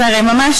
זה הרי ממש